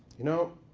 you know,